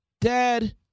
Dad